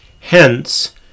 Hence